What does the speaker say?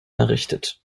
errichtet